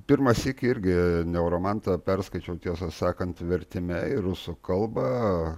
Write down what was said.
pirmąsyk irgi neoromatą perskaičiau tiesą sakant vertime į rusų kalbą